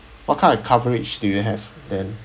what kind of coverage do you have then